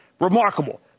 remarkable